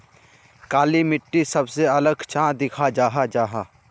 काली मिट्टी सबसे अलग चाँ दिखा जाहा जाहा?